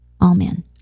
Amen